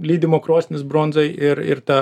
lydymo krosnis bronzai ir ir ta